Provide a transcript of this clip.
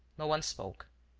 no one spoke.